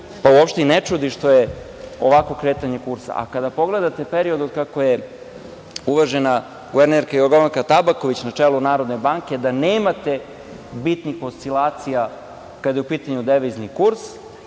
pa uopšte i ne čudi što je ovakvo kretanje kursa. Kada pogledate period od kako je uvažena guvernerka Jorgovanka Tabaković na čelu Narodne banke, da nemate bitnih oscilacija kada je u pitanju devizni kurs